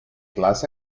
glass